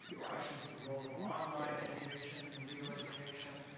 questions of the role of online education in legal education.